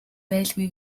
байлгүй